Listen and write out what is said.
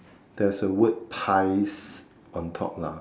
there's a word pies on top lah